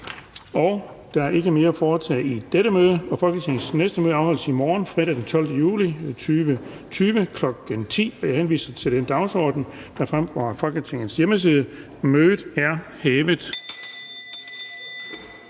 Der er ikke mere at foretage i dette møde. Folketingets næste møde afholdes i morgen, fredag den 12. juni 2020, kl. 10.00. Jeg henviser til den dagsorden, der fremgår af Folketingets hjemmeside. Mødet er hævet.